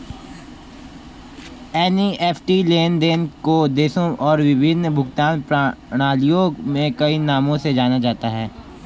NEFT लेन देन को देशों और विभिन्न भुगतान प्रणालियों में कई नामों से जाना जाता है